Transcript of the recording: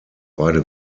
beide